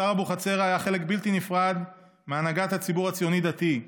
השר אבוחצירא היה חלק בלתי נפרד מהנהגת הציבור הציוני הדתי,